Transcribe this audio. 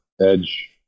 edge